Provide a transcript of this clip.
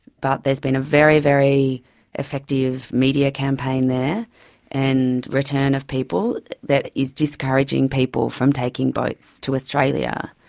but there has been a very, very effective media campaign there and return of people that is discouraging people from taking boats to australia.